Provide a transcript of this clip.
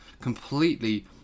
completely